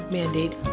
mandate